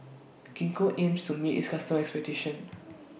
Gingko aims to meet its customers' expectations